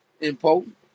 important